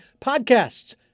Podcasts